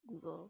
google